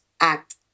act